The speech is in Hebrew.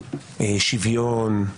שוויון,